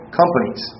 companies